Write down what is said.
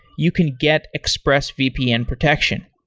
you can get expressvpn protection.